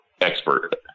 expert